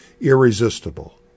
irresistible